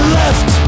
left